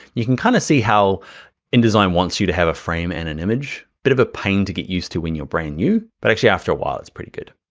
you can kinda see how indesign wants you to have a frame and an image. bit of a pain to get used to when you're brand new, but actually after a while it's pretty good.